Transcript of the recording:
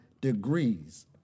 degrees